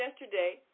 yesterday